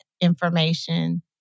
information